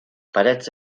parets